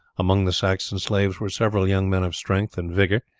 among the saxon slaves were several young men of strength and vigour,